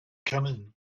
kanin